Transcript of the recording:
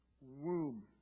womb